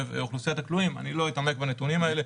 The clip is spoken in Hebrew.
אוכלוסיית הכלואים במתקני שב"ס במועדים נבחרים,